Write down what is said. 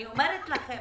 אני אומרת לכם,